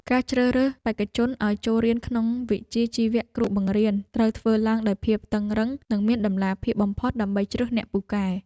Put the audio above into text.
ការជ្រើសរើសបេក្ខជនឱ្យចូលរៀនក្នុងវិជ្ជាជីវៈគ្រូបង្រៀនត្រូវធ្វើឡើងដោយភាពតឹងរ៉ឹងនិងមានតម្លាភាពបំផុតដើម្បីជ្រើសអ្នកពូកែ។